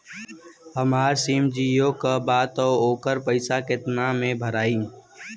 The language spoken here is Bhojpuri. हमार सिम जीओ का बा त ओकर पैसा कितना मे भराई?